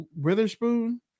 Witherspoon